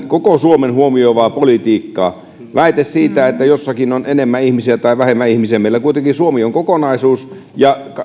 koko suomen huomioivaa politiikkaa väite siitä että jossakin on enemmän ihmisiä tai vähemmän ihmisiä meillä kuitenkin suomi on kokonaisuus ja